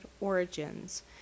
origins